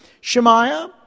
Shemaiah